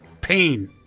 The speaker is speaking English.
Pain